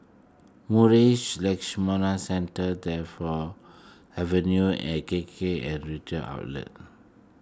Marsh Centre Tagore Avenue and K K outlet